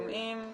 ותאמין לי,